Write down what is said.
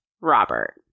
Robert